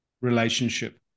relationship